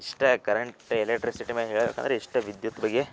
ಇಷ್ಟ current electricity ಮ್ಯಾಗ ಹೇಳಬೇಕಂದ್ರೆ ಇಷ್ಟೇ ವಿದ್ಯುತ್ ಬಗ್ಗೆ